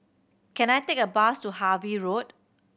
can I take a bus to Harvey Road